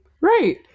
Right